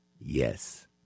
yes